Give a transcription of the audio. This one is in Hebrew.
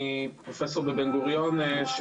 אני פרופסור בבן גוריון,